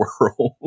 world